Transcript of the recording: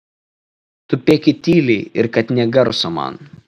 tupėkit tyliai ir kad nė garso man